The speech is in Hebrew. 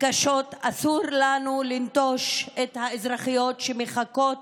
קשות אסור לנו לנטוש את האזרחיות שמחכות